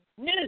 news